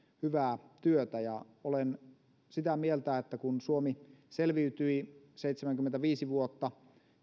hyvää työtä olen sitä mieltä että kun suomi selviytyi seitsemänkymmentäviisi vuotta